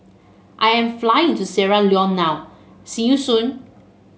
I am flying to Sierra Leone now see you soon